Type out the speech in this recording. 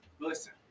Listen